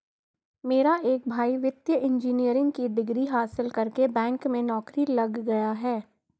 मेरा एक भाई वित्तीय इंजीनियरिंग की डिग्री हासिल करके बैंक में नौकरी लग गया है